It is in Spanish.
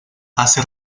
hace